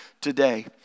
today